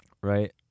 right